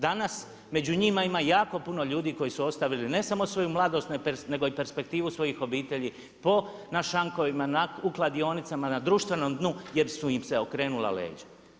Danas među njima ima jako puno ljudi koji su ostavili ne samo svoju mladost nego i perspektivu svojih obitelji po na šankovima, u kladionicama, na društvenom dnu jer su im se okrenula leđa.